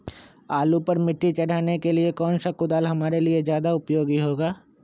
आलू पर मिट्टी चढ़ाने के लिए कौन सा कुदाल हमारे लिए ज्यादा उपयोगी होगा?